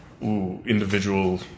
individual